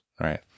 right